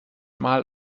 mal